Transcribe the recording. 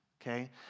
Okay